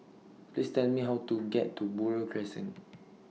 Please Tell Me How to get to Buroh Crescent